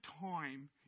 time